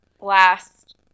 last –